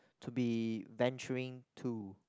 to be venturing to